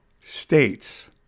States